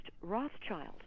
rothschild